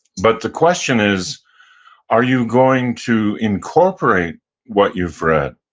but the question is are you going to incorporate what you've read?